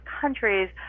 countries